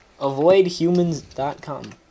Avoidhumans.com